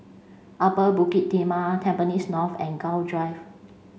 Upper Bukit Timah Tampines North and Gul Drive